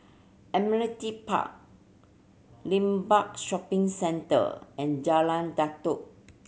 Admiralty Park Limbang Shopping Centre and Jalan Datoh